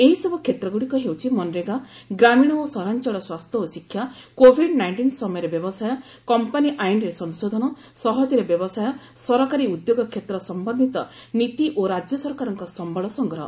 ଏହିସବୁ କ୍ଷେତ୍ରଗୁଡ଼ିକ ହେଉଛି ମନରେଗା ଗ୍ରାମୀଣ ଓ ସହରାଞ୍ଚଳ ସ୍ୱାସ୍ଥ୍ୟ ଓ ଶିକ୍ଷା କୋଭିଡ୍ ନାଇଷ୍ଟିନ୍ ସମୟରେ ବ୍ୟବସାୟ କମ୍ପାନୀ ଆଇନରେ ସଂଶୋଧନ ସହଜରେ ବ୍ୟବସାୟ ସରକାରୀ ଉଦ୍ୟୋଗ କ୍ଷେତ୍ର ସମ୍ଭନ୍ଧିତ ନୀତି ଓ ରାଜ୍ୟ ସରକାରଙ୍କ ସମ୍ଭଳ ସଂଗ୍ରହ